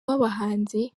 w’abahanzi